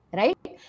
right